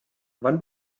wann